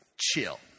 Chill